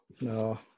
no